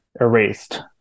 erased